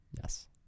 Yes